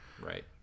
Right